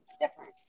different